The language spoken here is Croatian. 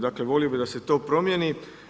Dakle, volio bih da se to promijeni.